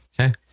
Okay